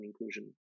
inclusion